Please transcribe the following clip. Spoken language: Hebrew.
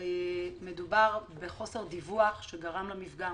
מדובר בחוסר דיווח שגרם למפגע.